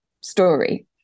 story